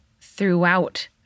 throughout